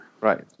Right